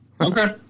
Okay